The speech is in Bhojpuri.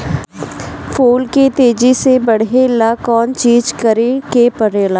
फूल के तेजी से बढ़े ला कौन चिज करे के परेला?